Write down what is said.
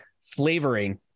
flavoring